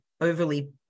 overly